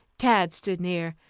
tad stood near,